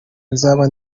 nzaba